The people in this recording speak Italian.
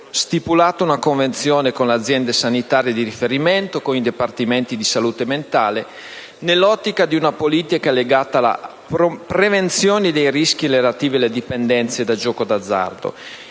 stipulato una convenzione con aziende sanitarie di riferimento e con dipartimenti di salute mentale, nell'ottica di una politica legata alla prevenzione dei rischi relativi alla dipendenza da gioco d'azzardo.